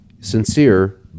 sincere